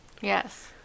Yes